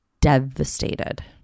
devastated